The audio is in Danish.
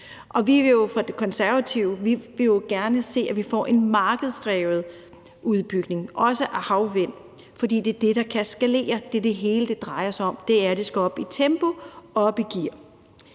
Vi vil jo fra Det Konservative Folkeparti gerne se, at vi får en markedsdrevet udbygning, også af havvind, for det er det, der kan skaleres. Det er det hele, det drejer sig om, altså at det skal op i tempo og op i gear.